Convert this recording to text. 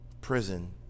prison